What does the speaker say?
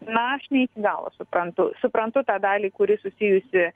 na aš ne iki galo suprantu suprantu tą dalį kuri susijusi